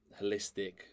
holistic